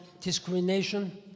discrimination